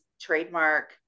trademark